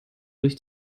durch